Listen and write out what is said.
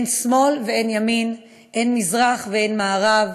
אין שמאל ואין ימין, אין מזרח אין מערב,